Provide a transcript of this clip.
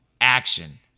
Action